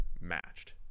matched